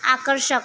आकर्षक